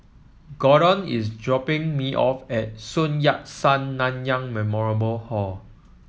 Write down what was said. Gorden is dropping me off at Sun Yat Sen Nanyang Memorial Hall